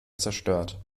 zerstört